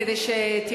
כדי שתהיה,